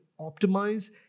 optimize